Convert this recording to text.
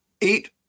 eight